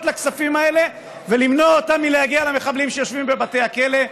לכספים האלה ולמנוע את הגעתם למחבלים שיושבים בבתי הכלא.